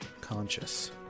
conscious